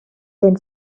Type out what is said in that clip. then